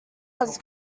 was